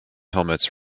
helmets